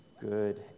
good